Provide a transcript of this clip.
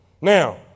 Now